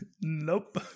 nope